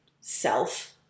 self